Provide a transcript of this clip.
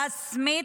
רשמית,